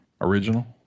original